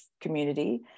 community